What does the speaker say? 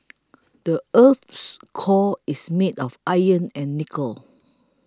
the earth's core is made of iron and nickel